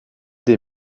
des